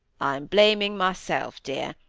i am blaming myself, dear.